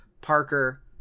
Parker